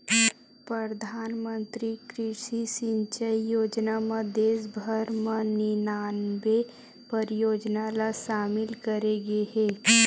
परधानमंतरी कृषि सिंचई योजना म देस भर म निनानबे परियोजना ल सामिल करे गे हे